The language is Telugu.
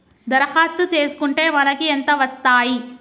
దరఖాస్తు చేస్కుంటే మనకి ఎంత వస్తాయి?